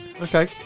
Okay